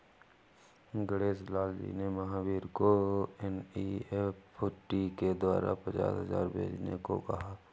गणेश लाल जी ने महावीर को एन.ई.एफ़.टी के द्वारा पचास हजार भेजने को कहा